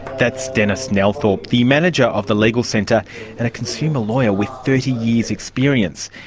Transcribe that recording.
that's denis nelthorpe, the manager of the legal centre and a consumer lawyer with thirty years experience.